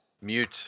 mute